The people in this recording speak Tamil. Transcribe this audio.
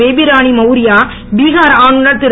பேபிராணி மவுரியா பீஹார் ஆளுநர் திரு